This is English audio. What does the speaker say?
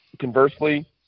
conversely